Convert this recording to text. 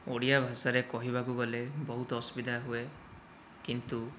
ଓଡ଼ିଆ ଭାଷାରେ କହିବାକୁ ଗଲେ ବହୁତ ଅସୁବିଧା ହୁଏ କିନ୍ତୁ